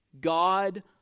God